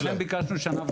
לכן ביקשנו שנה וחצי.